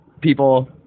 people